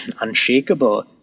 unshakable